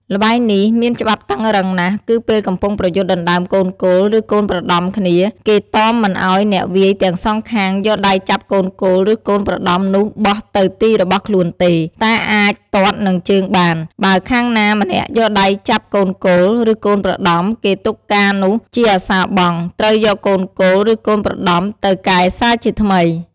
ល្បែងនេះមានច្បាប់តឹងរឹងណាស់ គឺពេលកំពុងប្រយុទ្ធដណ្តើមកូនគោល ឬកូនប្រដំគ្នា គេតមមិនឲ្យអ្នកវាយទាំងសងខាសងយកដៃចាប់កូនគោលឬកូនប្រដំនោះបោះទៅទីរបស់ខ្លួនទេ តែអាចទាត់នឹងជើងបាន បើខាងណាម្នាក់យកដៃចាប់កូនគោល ឬកូនប្រដំ គេទុកការនោះជាអសារបង់ ត្រូវយកកូនគោល ឬកូនប្រដំទៅកែសាជាថ្មី។